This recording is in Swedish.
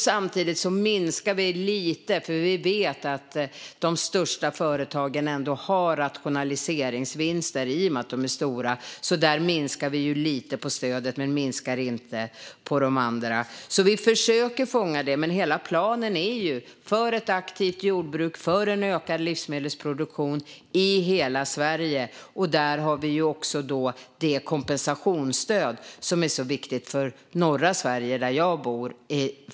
Samtidigt minskar vi lite på stödet till de största företagen som ändå har rationaliseringsvinster i och med att de är stora. De andra minskar vi inte på. Vi försöker alltså att fånga detta. Hela planen är för ett aktivt jordbruk och en ökad livsmedelsproduktion i hela Sverige. Man ska kunna driva jordbruk i hela Sverige, och därför har vi också det kompensationsstöd som är så viktigt för norra Sverige där jag bor.